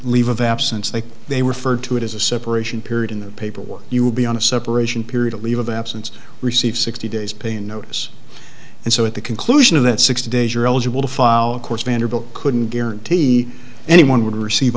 leave of absence that they referred to it as a separation period in the paperwork you will be on a separation period a leave of absence receive sixty days pay notice and so at the conclusion of that sixty days you're eligible to file of course vanderbilt couldn't guarantee anyone would receive